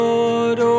Lord